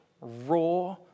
raw